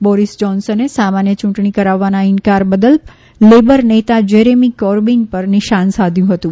Boris જહોન્સને સામાન્ય ચુંટણી કરાવવાના ઇન્કાર કરવા બદલ લેબર નેતા જેરેમી કોર્બિન પર નિશાન સાધ્યું હતું